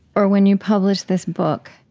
or when you published this book,